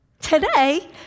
Today